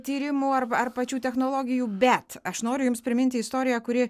tyrimų arba ar pačių technologijų bet aš noriu jums priminti istoriją kuri